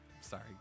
Sorry